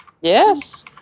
Yes